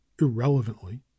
irrelevantly